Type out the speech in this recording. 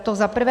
To za prvé.